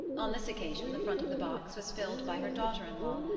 on this occasion, the front of the box was filled by her daughter-in-law,